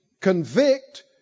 Convict